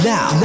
Now